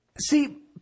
See